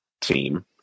team